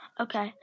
Okay